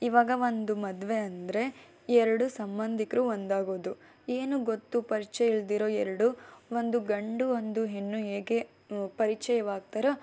ಇವಾಗ ಒಂದು ಮದುವೆ ಅಂದರೆ ಎರಡು ಸಂಬಂಧಿಕರು ಒಂದಾಗೋದು ಏನು ಗೊತ್ತು ಪರಿಚಯ ಇಲ್ಲದಿರೋ ಎರಡು ಒಂದು ಗಂಡು ಒಂದು ಹೆಣ್ಣು ಹೇಗೆ ಪರಿಚಯವಾಗ್ತಾರೋ